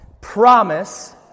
promise